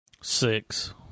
six